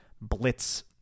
blitz